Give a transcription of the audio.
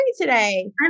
today